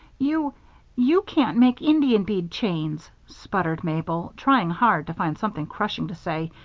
you you can't make indian-bead chains, sputtered mabel, trying hard to find something crushing to say.